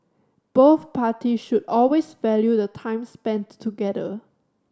both parties should always value the time spent together